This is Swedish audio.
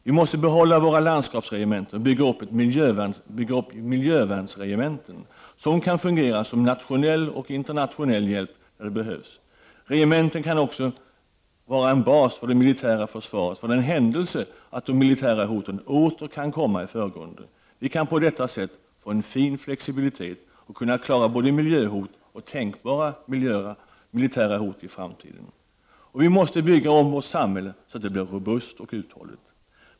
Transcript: Vi måste behålla våra landskapsregementen och bygga upp miljövärnsregementen, som kan fungera som nationell och internationell hjälp när det behövs. Regementen kan också vara en bas för det militära försvaret för den händelse de militära hoten åter skulle komma i förgrunden. Vi kan på detta sätt få en fin flexibilitet och klara både miljöhot och tänkbara militära hot i framtiden. Vi måste bygga om vårt samhälle så att det blir robust och uthålligt.